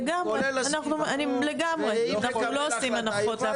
לגמרי, אנחנו לא עושים הנחות לאף אחד.